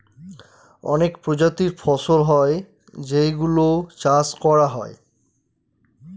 অনেক প্রজাতির ফসল হয় যেই গুলো চাষ করা হয়